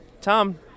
Tom